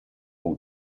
all